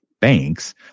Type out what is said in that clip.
banks